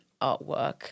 artwork